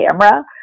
camera